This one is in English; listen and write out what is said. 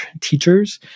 teachers